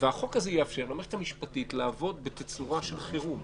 והחוק הזה יאפשר למערכת המשפטית לעבוד בתצורה של חירום.